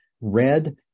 red